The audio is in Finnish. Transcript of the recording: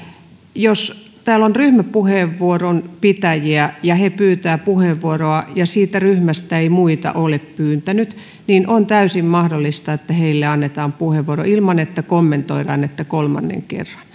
jos täällä on ryhmäpuheenvuoron pitäjiä ja he pyytävät puheenvuoroa ja siitä ryhmästä ei ole kukaan muu pyytänyt niin on täysin mahdollista että heille annetaan puheenvuoro ilman että kommentoidaan että kolmannen kerran